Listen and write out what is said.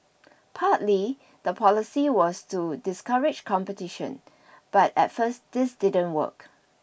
partly the policy was to discourage competition but at first this didn't work